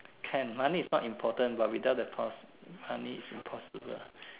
can money is not important but without the cost money is impossible